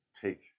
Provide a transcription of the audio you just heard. take